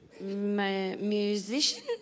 Musician